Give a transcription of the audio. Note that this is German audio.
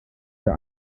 der